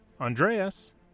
Andreas